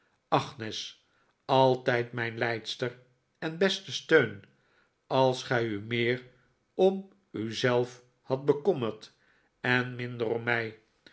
altijd mijn leidster en beste steun als gij u meer om u zelf hadt bekommerd en minder om mij